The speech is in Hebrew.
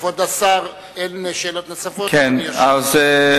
כבוד השר, אין שאלות נוספות, אדוני ישיב.